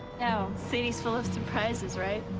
oh. city's full of surprises, right?